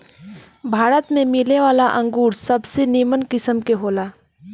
भारत में मिलेवाला अंगूर सबसे निमन किस्म के होला